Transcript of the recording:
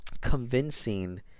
convincing